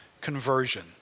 conversion